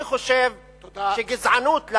אני חושב שלהגיד עליה גזענות,